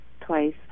twice